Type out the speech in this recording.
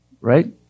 right